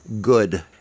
good